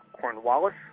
Cornwallis